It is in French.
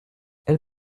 elle